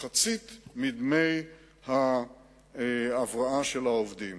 מחצית מדמי ההבראה של העובדים.